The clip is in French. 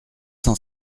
cent